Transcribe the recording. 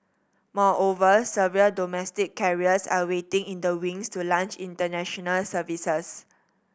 moreover several domestic carriers are waiting in the wings to launch international services